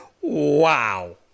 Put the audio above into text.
Wow